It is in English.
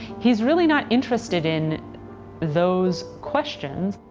he's really not interested in those questions.